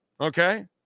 Okay